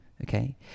Okay